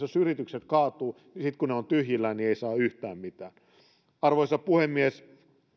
jos yritykset kaatuvat niin sitten kun ne ovat tyhjillään niin ei saa yhtään mitään arvoisa puhemies